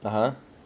(uh huh)